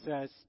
says